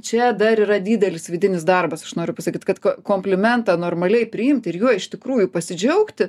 čia dar yra didelis vidinis darbas aš noriu pasakyt kad komplimentą normaliai priimt ir juo iš tikrųjų pasidžiaugti